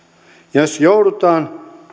jos joudutaan